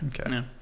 Okay